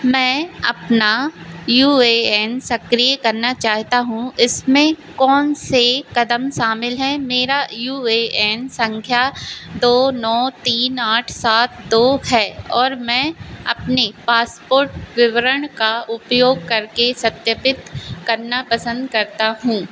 मैं अपना U A N सक्रिय करना चाहता हूँ इसमें कौन से कदम शामिल हैं मेरा यू ए एन संख्या दो ने तीन आठ सात दो है और मैं अपने पासपोर्ट विवरण का उपयोग करके सत्यापित करना पसंद करता हूं